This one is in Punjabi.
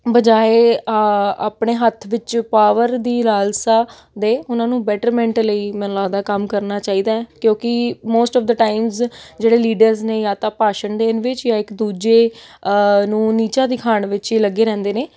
ਬਜਾਏ ਆਪਣੇ ਹੱਥ ਵਿੱਚ ਪਾਵਰ ਦੀ ਲਾਲਸਾ ਦੇ ਉਹਨਾਂ ਨੂੰ ਬੈਟਰਮੈਂਟ ਲਈ ਮੈਨੂੰ ਲੱਗਦਾ ਕੰਮ ਕਰਨਾ ਚਾਹੀਦਾ ਹੈ ਕਿਉਂਕਿ ਮੋਸਟ ਅੋਫ ਦਾ ਟਾਈਮਸ ਜਿਹੜੇ ਲੀਡਰਸ ਨੇ ਜਾਂ ਤਾਂ ਭਾਸ਼ਣ ਦੇਣ ਵਿੱਚ ਜਾਂ ਇੱਕ ਦੂਜੇ ਨੂੰ ਨੀਚਾ ਦਿਖਾਣ ਵਿੱਚ ਹੀ ਲੱਗੇ ਰਹਿੰਦੇ ਨੇ